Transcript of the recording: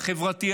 החברתי,